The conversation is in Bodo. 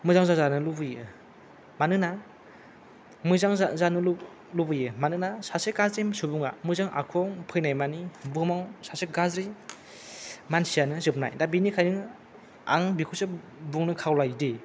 मोजां जाजानो लुगैयो मानोना मोजां जानो लुगैयो मानोना सासे गार्जि सुबुंआ मोजां आखुआव फैनाय मानि बुहुमाव सासे गार्जि मानसि आनो जोबनाय दा बेनि खायनो आं बेखौसो बुंनो खावलायो दि